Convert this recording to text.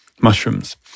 mushrooms